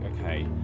okay